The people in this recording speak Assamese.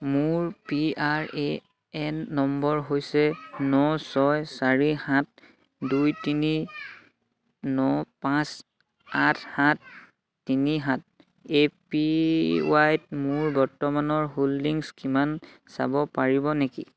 মোৰ P R A N number হৈছে ন ছয় চাৰি সাত দুই তিনি ন পাঁচ আঠ সাত তিনি সাত এ পি ৱাই ত মোৰ বৰ্তমানৰ হোল্ডিংছ কিমান চাব পাৰিব নেকি